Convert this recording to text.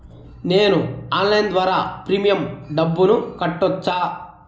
నేను ఆన్లైన్ ద్వారా ప్రీమియం డబ్బును కట్టొచ్చా?